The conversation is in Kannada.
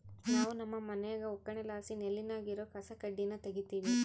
ನಾವು ನಮ್ಮ ಮನ್ಯಾಗ ಒಕ್ಕಣೆಲಾಸಿ ನೆಲ್ಲಿನಾಗ ಇರೋ ಕಸಕಡ್ಡಿನ ತಗೀತಿವಿ